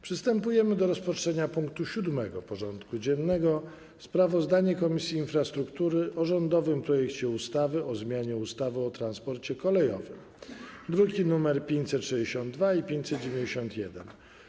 Przystępujemy do rozpatrzenia punktu 7. porządku dziennego: Sprawozdanie Komisji Infrastruktury o rządowym projekcie ustawy o zmianie ustawy o transporcie kolejowym (druki nr 562 i 591)